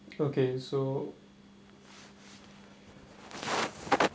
okay so